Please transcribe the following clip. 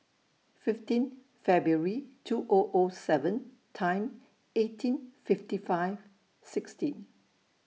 fifteen February two O O seven Time eighteen fifty five sixteen